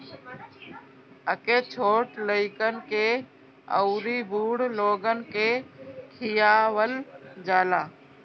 एके छोट लइकन के अउरी बूढ़ लोगन के खियावल जाला